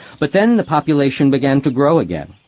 but then the population began to grow again,